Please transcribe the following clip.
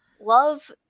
Love